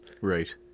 Right